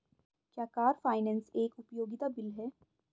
क्या car finance एक उपयोगिता बिल है?